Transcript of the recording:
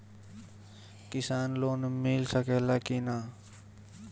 किसान लोन मिल सकेला कि न?